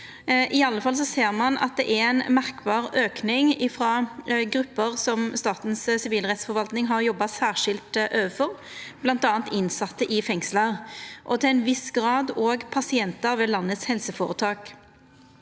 I alle fall ser ein at det er ein merkbar auke frå grupper som Statens sivilrettsforvaltning har jobba særskilt med, bl.a. innsette i fengslar og til ein viss grad òg pasientar ved landets helseføretak.